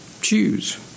Choose